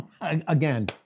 Again